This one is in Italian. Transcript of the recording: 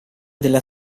della